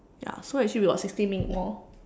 ya so actually we got sixteen minutes more